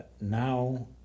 now